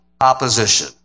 opposition